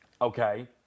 Okay